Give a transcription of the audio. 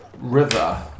river